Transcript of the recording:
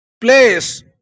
place